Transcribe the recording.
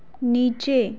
नीचे